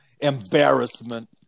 embarrassment